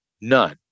None